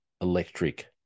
electric